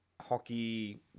hockey